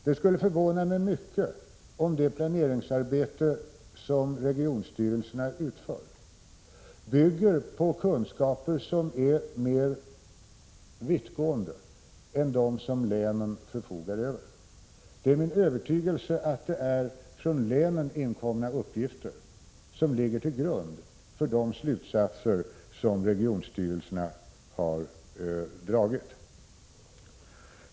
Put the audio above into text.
Det skulle förvåna mig mycket om det planeringsarbete som regionstyrelserna utför bygger på kunskaper som är mer vittgående än de insikter som länen förfogar över. Det är min övertygelse att det är från länen inkomna uppgifter som ligger till grund för de slutsatser som regionstyrelserna har dragit.